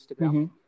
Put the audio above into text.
Instagram